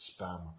spam